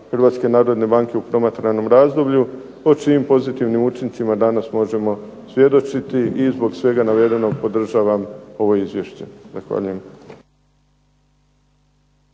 Hrvatske narodne banke u promatranom razdoblju, o čijim pozitivnim učincima danas možemo svjedočiti i zbog svega navedenog podržavam ovo izvješće. Zahvaljujem.